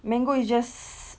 mango is just